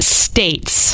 states